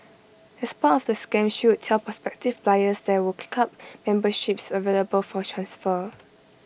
as part of the scam she would tell prospective buyers there were club memberships available for transfer